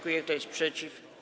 Kto jest przeciw?